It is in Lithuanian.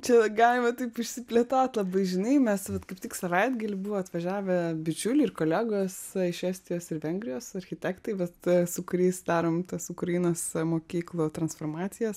čia galima taip išsiplėtot labai žinai mes vat kaip tik savaitgalį buvo atvažiavę bičiuliai ir kolegos iš estijos ir vengrijos architektai vat su kuriais darom tas ukrainos mokyklų transformacijas